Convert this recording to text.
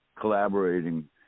collaborating